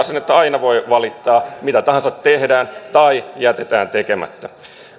sen että aina voi valittaa mitä tahansa tehdään tai jätetään tekemättä